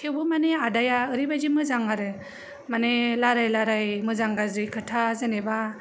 थेवबो माने आदाया ओरैबायदि मोजां आरो माने रालाय रालाय मोजां गाज्रि खोथा जेनेबा